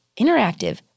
interactive